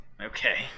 Okay